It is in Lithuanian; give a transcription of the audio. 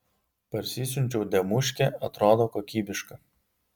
parsisiunčiau demuškę atrodo kokybiška